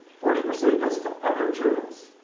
forty percent goes to other journals,